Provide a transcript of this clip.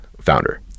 founder